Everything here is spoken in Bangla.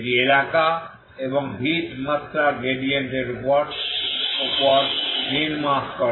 এটি এলাকা এবং হিট মাত্রার গ্রেডিয়েন্টের উপর নির্ মাস করে